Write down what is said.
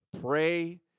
Pray